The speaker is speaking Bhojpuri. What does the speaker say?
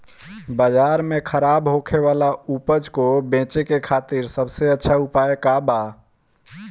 बाजार में खराब होखे वाला उपज को बेचे के खातिर सबसे अच्छा उपाय का बा?